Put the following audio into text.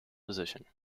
position